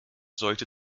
sollte